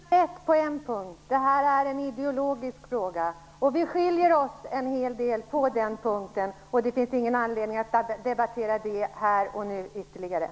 Herr talman! Jag ger Ola Karlsson rätt på en punkt. Detta är en ideologisk fråga, och där skiljer vi oss en hel del. Det finns ingen anledning att ytterligare debattera den frågan här och nu.